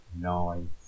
nine